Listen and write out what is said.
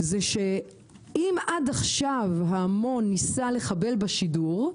זה שאם עד עכשיו ההמון ניסה לחבל בשידור,